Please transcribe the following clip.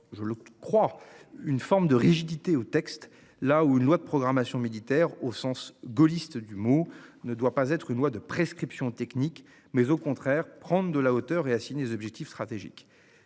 je le crois, une forme de rigidité au texte là où une loi de programmation militaire au sens gaulliste du mot ne doit pas être une loi de prescriptions techniques, mais au contraire prendre de la hauteur et assigné objectifs stratégiques